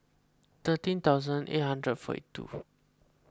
thirteen thousand eight hundred forty two